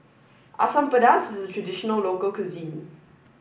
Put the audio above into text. Asam Pedas is a traditional local cuisine